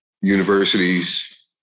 universities